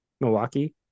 Milwaukee